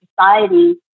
society